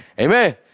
Amen